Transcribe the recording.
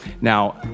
Now